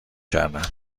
کردن